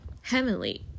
Heavenly